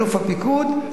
אלוף הפיקוד,